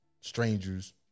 strangers